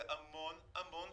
זה המון שנים.